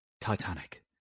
Titanic